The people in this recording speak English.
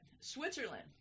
Switzerland